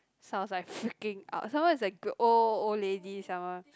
so I was like freaking out some more is like old old lady some more